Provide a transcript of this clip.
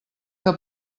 que